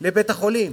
של בית-החולים?